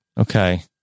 Okay